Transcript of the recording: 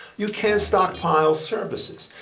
you can't stockpile services,